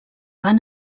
van